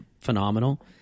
phenomenal